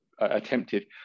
attempted